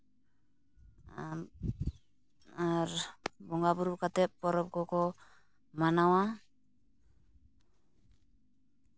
ᱟᱢ ᱟᱨ ᱵᱚᱸᱜᱟ ᱵᱳᱨᱳ ᱠᱟᱛᱮ ᱯᱚᱨᱚᱵᱽ ᱠᱚᱠᱚ ᱢᱟᱱᱟᱣᱟ